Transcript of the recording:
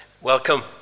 welcome